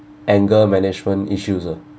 anger management issues ah